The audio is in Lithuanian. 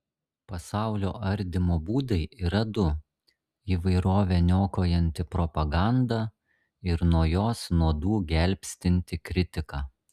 pasaulio ardymo būdai yra du įvairovę niokojanti propaganda ir nuo jos nuodų gelbstinti kritika